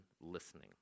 listening